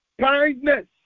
kindness